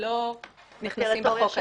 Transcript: לא נכנסים לחוק הזה.